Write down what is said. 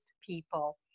people